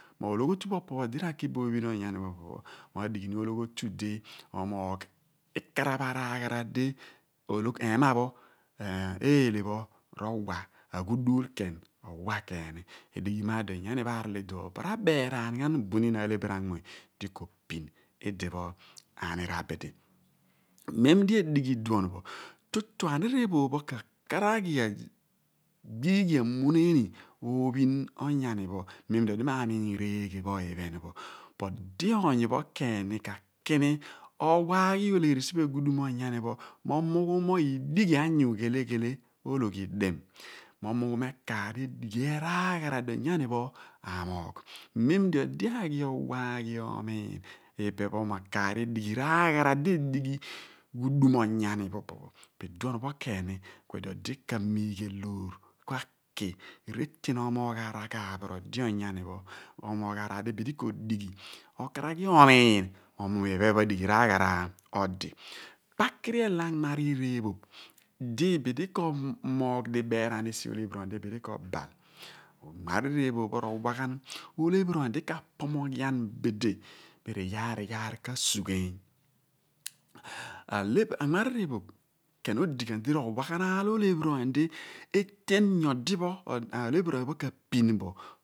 Mo ologhiotu pho opo odi r'aki bo ophin bo onyani mo adighi ni ologhlotu di omoogh ikaraph araaghara di ehma pho, eele, r'aghuduul u/wa. Edighi di onyani pho arol idipho po ra/beeraan ghan buiin alephiri anmuny ophin idipho anir abidi. Mem di edighi iduon pho, tutu olephiri oony pho ka karaghi agbilghi amuneni ophin onyani pho mem di odi m'amiin reeghe pho ippho po odi oony pho k' aki owaaghi oleghen siphe ghudum onyani pho mughumo idighi anyu ghele ghele ologhi dim mo ekaar edighi raaghara di onyani pho amoogh. Mem di odi aghi owaaghi omiin iphen pho mughumo ekaar ni edighi raaghara di edi ghudum onyani pho. po iduon pho keni pi di odi k'amilghaloor aki reten omoogh araghaaph r'odi onyani pho omoogh araar di bidi k'odighi okaraghi omiin mo iphen pho raaghara odi pakiri ela anmariir ephoph di bidi k'omoogh diberaan esi olephiri oony di bidi k'obal anmariir ephoph r'owa ghan olephiri oony di ka, pomoghian bidi di r'iyaar r'iyaar ka/sugheeng. Anmariir ephoph odi ghan ni di mem lo r'owa aal olephiri oony di eten nyodi pho olephiri pho k'apin bo